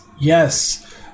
Yes